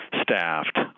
staffed